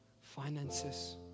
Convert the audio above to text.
finances